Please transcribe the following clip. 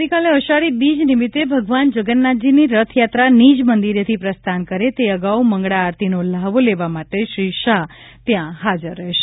આવતીકાલે અષાઢી બીજ નિમિત્તે ભગવાન જગન્નાથજીની રથયાત્રા નિજમંદિરેથી પ્રસ્થાન કરે તે અગાઉ મંગળા આરતીનો લ્હાવો લેવા માટે શ્રી શાહ ત્યાં હાજર રહેશે